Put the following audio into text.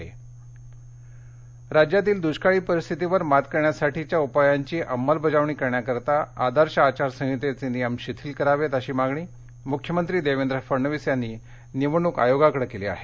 मुख्यमंत्री राज्यातील दुष्काळी परिस्थितीवर मात करण्यासाठीच्या उपायांची अंमलबजावणी करण्यासाठी आदर्श आचारसंहितेचे नियम शिथिल करावेत अशी मागणी मुख्यमंत्री देवेंद्र फडणवीस यांनी निवडणूक आयोगाकडे केली आहे